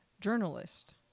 journalist